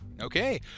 Okay